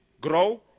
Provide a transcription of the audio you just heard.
grow